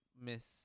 miss